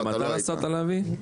אז אתה נסעת להביא?